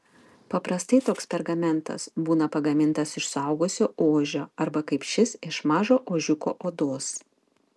paprastai toks pergamentas būna pagamintas iš suaugusio ožio arba kaip šis iš mažo ožiuko odos